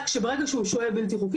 וזה בא ליידי ביטוי גם בזכותון,